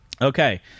okay